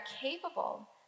capable